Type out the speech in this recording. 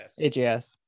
AGS